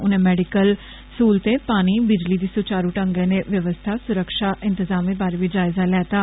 उनें मैडिकल सहुलतें पानी बिजली दी सुचारू ढ़र्ग नै व्यवस्था सुरक्षा इंतजामें बारै बी जायजा लैत्ता